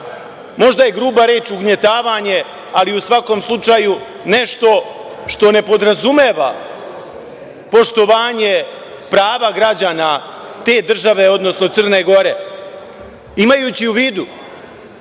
možda je gruba reč ugnjetavanje, ali u svakom slučaju nešto što ne podrazumeva poštovanje prava građana te države, odnosno Crne Gore? Imajući u vidu